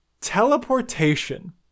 teleportation